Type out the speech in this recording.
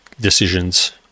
decisions